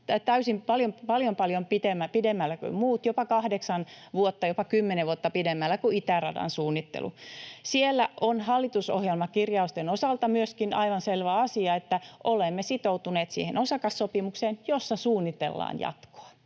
paljon, paljon pidemmällä kuin muut, jopa kahdeksan vuotta, jopa kymmenen vuotta pidemmällä kuin Itäradan suunnittelu. Siellä on hallitusohjelmakirjausten osalta myöskin aivan selvä asia, että olemme sitoutuneet siihen osakassopimukseen, jossa suunnitellaan jatkoa.